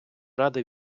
радий